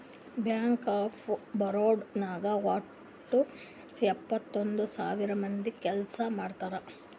bank of Baroda ನಾಗ್ ವಟ್ಟ ಎಂಭತ್ತೈದ್ ಸಾವಿರ ಮಂದಿ ಕೆಲ್ಸಾ ಮಾಡ್ತಾರ್